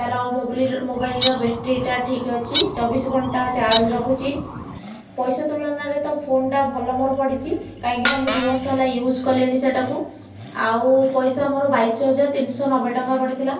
ତାର ମୋବିଲିର ମୋବାଇଲର ବ୍ୟାଟେରୀଟା ଠିକ୍ ଅଛି ଚବିଶି ଘଣ୍ଟା ଚାର୍ଜ ରଖୁଛି ପଇସା ତୁଳନାରେ ତ ଫୋନ୍ଟା ଭଲ ମୋର ପଡ଼ିଛି କାହିଁକି ନା ମୁଁ ଦୁଇ ବର୍ଷ ହେଲା ୟୁଜ କଲିଣି ସେଟାକୁ ଆଉ ପଇସା ମୋର ବାଇଶ ହଜାର ତିନିଶହ ନବେ ଟଙ୍କା ପଡ଼ିଥିଲା